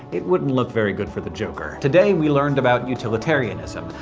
it wouldn't look very good for the joker. today we learned about utilitarianism.